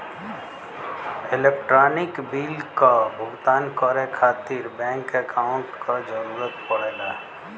electronic bill क भुगतान करे खातिर बैंक अकांउट क जरूरत पड़ला